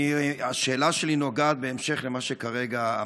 השאלה שלי נוגעת להמשך של מה שכרגע אמרתי.